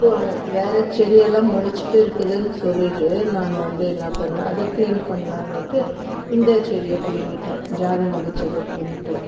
வேறு செடி எல்லாம் மொளைச்சிட்டு இருக்குதுன்னு சொல்லிவிட்டு நான் வந்து என்ன பண்ணேன் அதை க்ளீன் பண்ணலான்னுட்டு இந்த செடியை பிடிங்கிட்டேன் ஜாதி மல்லி செடியை பிடிங்கிட்டேன்